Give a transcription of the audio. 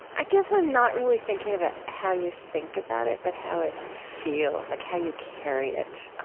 i guess i'm not really thinking about how you think about it, but how it feels, like how you carry it.